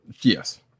yes